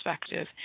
perspective